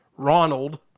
Ronald